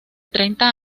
treinta